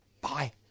Bye